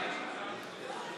בבקשה,